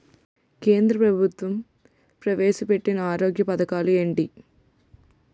కేంద్ర ప్రభుత్వం ప్రవేశ పెట్టిన ఆరోగ్య పథకాలు ఎంటి?